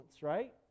right